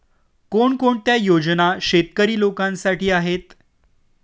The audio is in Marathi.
कोणकोणत्या योजना शेतकरी लोकांसाठी आहेत?